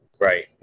right